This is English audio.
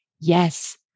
Yes